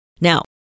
Now